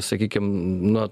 sakykim na